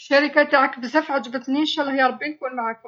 الشركة تاعك بزاف عجبتني، ان شاء الله يا ربي نكون معاكم.